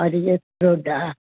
அரிய ரோட்டா